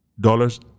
dollars